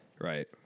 Right